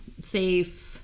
safe